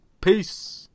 Peace